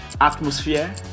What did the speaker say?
Atmosphere